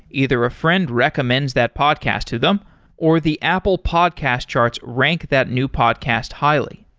either a friend recommends that podcast to them or the apple podcast charts rank that new podcast highly.